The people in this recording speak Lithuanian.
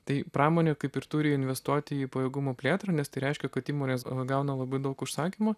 tai pramonė kaip ir turi investuoti į pajėgumų plėtrą nes tai reiškia kad įmonės gauna labai daug užsakymų